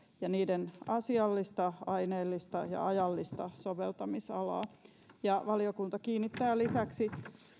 ja niiden asiallista aineellista ja ajallista soveltamisalaa valiokunta kiinnittää lisäksi